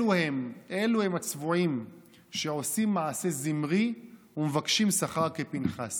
אלו הם הצבועים שעושים מעשה זמרי ומבקשים שכר כפנחס,